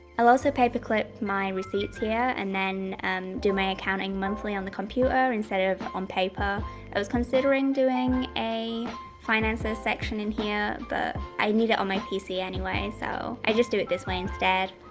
i'll also paperclip my receipts here, and then do my accounting monthly on the computer instead of on paper i was considering doing a financer section in here, but i need it on my pc anyway, so i just do it this way instead